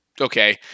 okay